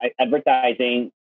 advertising